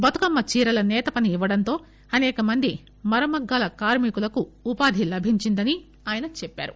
బతుకమ్మ చీరల సేతపని ఇవ్వడంతో అసేకమంది మరమగ్గాల కార్మి కులకు ఉపాధి లభించిందని చెప్పారు